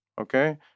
okay